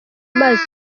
amazi